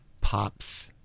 pops